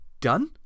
done